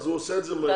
הוא עושה את זה מהר.